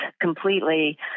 completely